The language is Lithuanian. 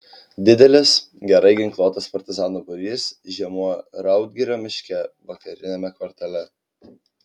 didelis gerai ginkluotas partizanų būrys žiemojo raudgirio miške vakariniame kvartale